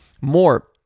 more